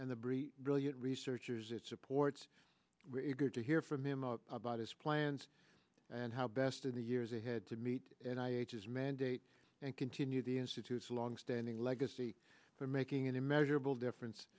and the brief brilliant researchers it supports to hear from him about his plans and how best in the years ahead to meet and i his mandate and continue the institute's longstanding legacy for making a measurable difference